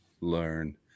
learn